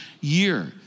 year